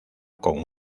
con